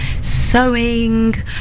sewing